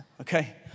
Okay